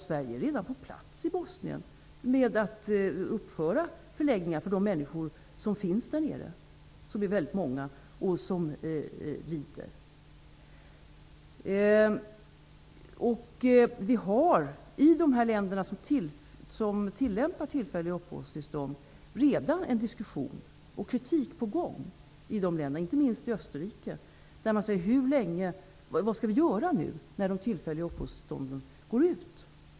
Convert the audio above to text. Sverige är redan på plats i Bosnien och uppför förläggningar för de många lidande människor som finns där nere. I de länder som tillämpar tillfälliga uppehållstillstånd förs redan en diskussion, och kritik är på gång, inte minst i Österrike. Man frågar sig: Vad skall vi göra när de tillfälliga uppehållstillstånden går ut?